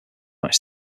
match